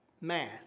math